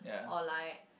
or like